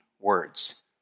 words